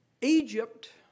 Egypt